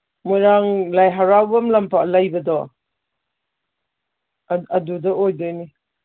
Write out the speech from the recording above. ꯃꯣꯏꯔꯥꯡ ꯂꯥꯏ ꯍꯔꯥꯎꯐꯝ ꯂꯝꯄꯥꯛ ꯂꯩꯕꯗꯣ ꯑꯗꯨꯗ ꯑꯣꯏꯗꯣꯏꯅꯤ